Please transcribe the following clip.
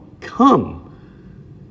come